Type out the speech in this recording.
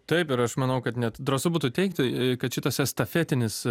taip ir aš manau kad net drąsu būtų teigti kad šitas estafetinis